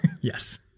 Yes